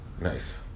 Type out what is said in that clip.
Nice